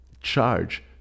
charge